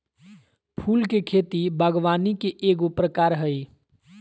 फूल के खेती बागवानी के एगो प्रकार हइ